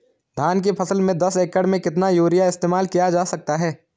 धान की फसल में दस एकड़ में कितना यूरिया इस्तेमाल किया जा सकता है?